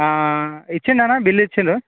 ఇచ్చిండు అన్న బిల్ ఇచ్చిండు